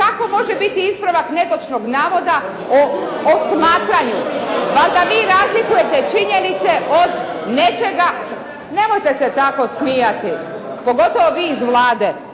kako može biti ispravak netočnog navoda o smatranju. Valjda vi razlikujete činjenice od nečega. Nemojte se tako smijati. Pogotovo vi iz Vlade.